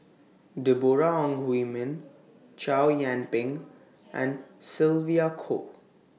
Deborah Ong Hui Min Chow Yian Ping and Sylvia Kho